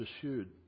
pursued